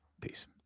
Peace